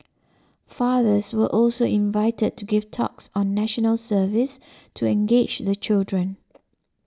fathers were also invited to give talks on National Service to engage the children